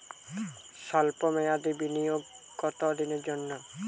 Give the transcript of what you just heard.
সল্প মেয়াদি বিনিয়োগ কত দিনের জন্য?